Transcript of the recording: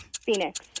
Phoenix